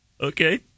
Okay